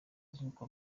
nk’uko